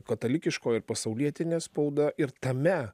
katalikiškoji ir pasaulietinė spauda ir tame